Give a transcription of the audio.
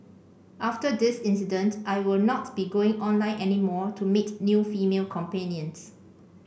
after this incident I will not be going online any more to meet new female companions